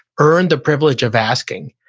earn the privilege of asking.